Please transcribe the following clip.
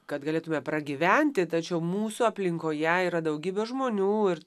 kad galėtume pragyventi tačiau mūsų aplinkoje yra daugybė žmonių ir